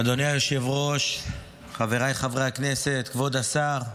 אדוני היושב-ראש, חבריי חברי הכנסת, כבוד השר,